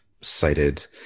cited